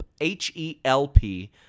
H-E-L-P